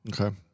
Okay